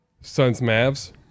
Suns-Mavs